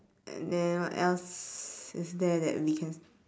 and then what else is there that we can